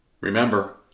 Remember